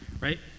right